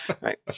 Right